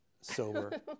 sober